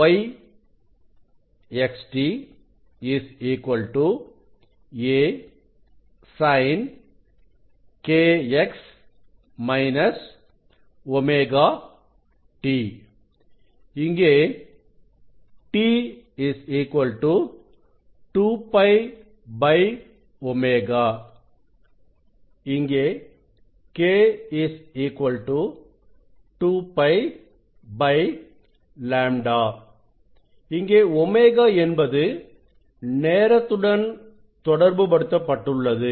Y xt a Sinkx - ωt இங்கே t 2π ω இங்கே k 2 π λ இங்கே ω என்பது நேரத்துடன் தொடர்புபடுத்தப்பட்டுள்ளது